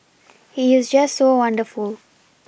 he is just so wonderful